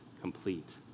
complete